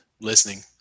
listening